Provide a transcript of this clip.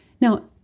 Now